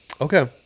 okay